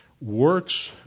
Works